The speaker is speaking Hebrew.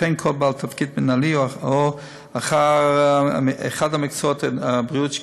וכן כל בעל תפקיד מינהלי או אחר במקצועות הבריאות,